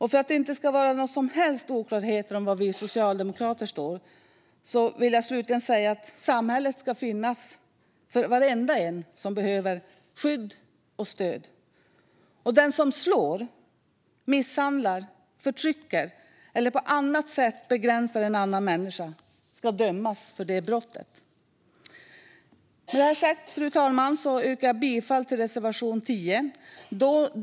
För att det inte ska vara några som helst oklarheter om var vi socialdemokrater står vill jag slutligen säga: Samhället ska finnas för varenda en som behöver skydd och stöd, och den som slår, misshandlar och förtrycker eller som på annat sätt begränsar en annan människa ska dömas för det brottet. Med detta sagt, fru talman, yrkar jag bifall till reservation 10.